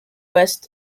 west